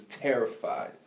terrified